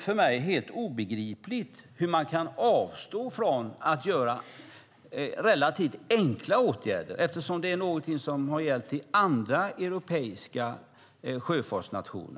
För mig är det helt obegripligt att man kan avstå från att vidta relativt enkla åtgärder - sådant som gällt i andra europeiska sjöfartsnationer.